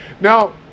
Now